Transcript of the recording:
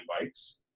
bikes